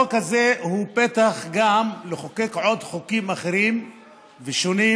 החוק הזה הוא פתח גם לחוקק חוקים אחרים ושונים,